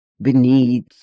beneath